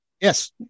Yes